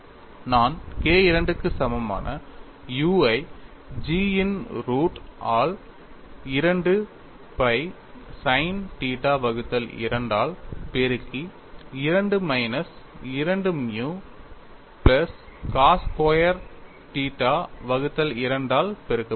நான் K II க்கு சமமான U ஐ G இன் ரூட் ஆல் 2 pi sin θ 2 ஆல் பெருக்கி 2 minus 2 mu plus cos square θ 2 ஆல் பெருக்கப்படுகிறது